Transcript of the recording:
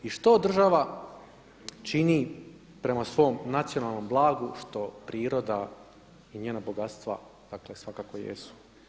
I što država čini prema svom nacionalnom blagu što priroda i njena bogatstva, dakle svakako jesu.